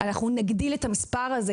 אנחנו יותר מאשר נכפיל את המספר הזה,